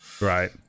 Right